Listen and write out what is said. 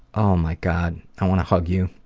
oh my god, i want to hug you.